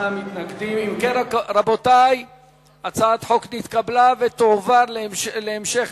ההצעה להעביר את הצעת חוק לתיקון פקודת האגודות